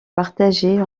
partagée